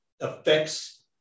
affects